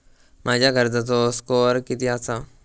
माझ्या कर्जाचो स्कोअर किती आसा?